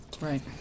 right